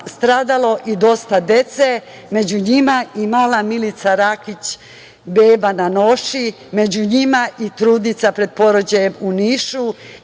stradalo dosta dece, a među njima i mala Milica Rakić, beba na noši, među njima i trudnica pred porođajem u Nišu